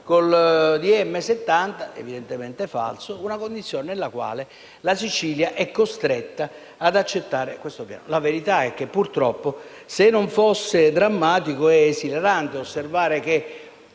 evidentemente falsa), una condizione in virtù della quale la Sicilia è costretta ad accettare questo piano. La verità è che, purtroppo, se non fosse drammatico, sarebbe esilarante osservare che,